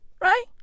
right